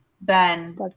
Ben